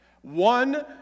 One